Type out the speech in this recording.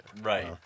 right